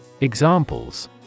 Examples